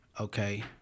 okay